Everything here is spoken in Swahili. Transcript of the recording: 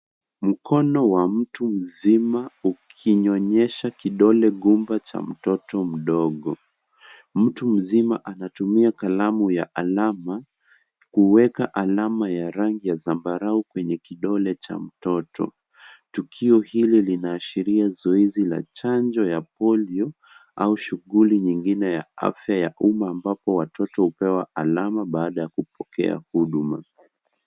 Mkono wa mtu mzima ukinyonyesha kidole gumba cha mtoto mdogo. Mtu mzima anatumia kalamu ya alama kuweka alama ya rangi ya zambarau kwenye kidole cha mtoto. Tukio hili linaashiria zoezi la chanjo ya polio au shughuli nyingine ya afya ya umma ambapo watoto hupewa alama baada ya kupokea huduma.